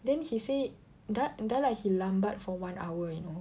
then he said dah dah lah he lambat for one hour you know